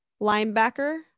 linebacker